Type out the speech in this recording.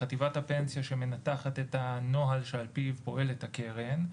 חטיבת הפנסיה שמנתחת את הנוהל שעל פיו פועלת הקרן,